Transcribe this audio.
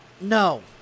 No